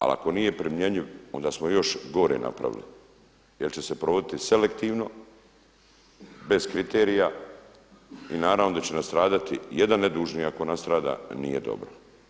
Ali ako nije primjenjiv, onda smo još gore napravili jer će se provoditi selektivno, bez kriterija i naravno da će nastradati jedan nedužni ako nastrada nije dobro.